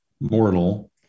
mortal